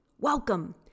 Welcome